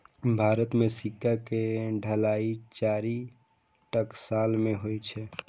भारत मे सिक्का के ढलाइ चारि टकसाल मे होइ छै